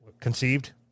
conceived